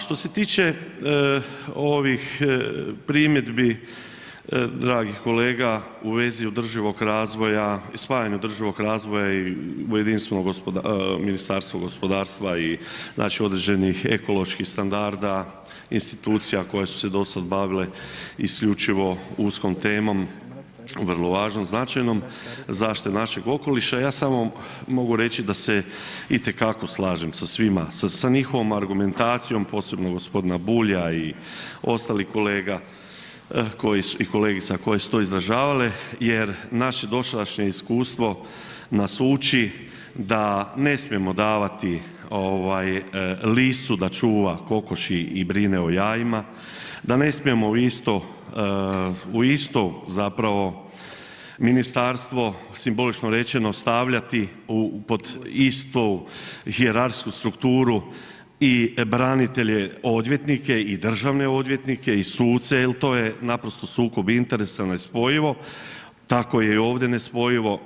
Što se tiče ovih primjedbi dragih kolega u vezi održivog razvoja i spajanja održivog razvoja u jedinstveno u jedinstveno ministarstvo gospodarstva i znači određenih ekoloških standarda institucija koje su se do sada bavile isključivo uskom temom, vrlo važnom, značajnom zaštite našeg okoliša ja samo mogu reći da se itekako slažem sa svima, sa njihovom argumentacijom, posebno gospodina Bulja i ostalih kolega koji su i kolegica koje su to izražavale jer naše dosadašnje iskustvo nas uči da ne smijemo davati ovaj liscu da čuva kokoši i brine o jajima, da ne smijemo isto u isto, u isto zapravo ministarstvo simbolično rečeno stavljati u, pod istu hijerarhijsku strukturu i branitelje odvjetnike i državne odvjetnike i suce jer to je naprosto sukob interesa, nespojivo, tako je i ovdje nespojivo.